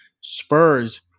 Spurs